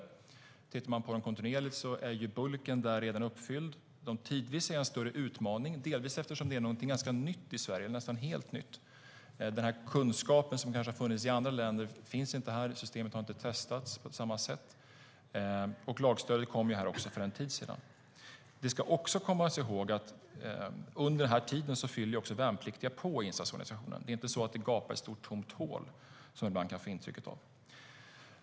När det gäller de kontinuerligt tjänstgörande är bulken redan uppfylld. De tidvis tjänstgörande är en större utmaning, delvis eftersom det är någonting nästan helt nytt i Sverige. Kunskapen som kanske har funnits i andra länder finns inte här. Systemet har inte testats på samma sätt. Lagstödet kom för en tid sedan. Man ska också komma ihåg att under den här tiden fyller värnpliktiga på insatsorganisationen - det är inte så att det gapar ett stort tomt hål, som man ibland kan få intrycket av.